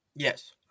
Yes